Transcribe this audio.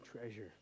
treasure